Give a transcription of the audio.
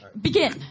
Begin